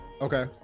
Okay